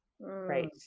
right